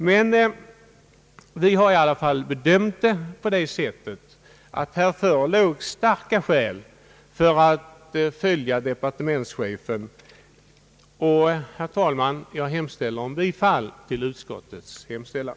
Men vi har i alla fall bedömt det så, att här förelåg starka skäl för att följa departementschefen. Jag hemställer om bifall till utskottets förslag.